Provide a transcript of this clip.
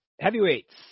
heavyweights